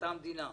אתה המדינה,